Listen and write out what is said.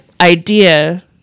idea